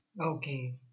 Okay